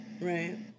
Right